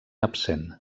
absent